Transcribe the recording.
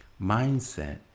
mindset